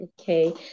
Okay